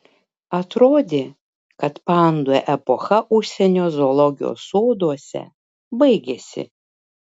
atrodė kad pandų epocha užsienio zoologijos soduose baigėsi